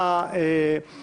שהפרעתי לאנשים לדבר,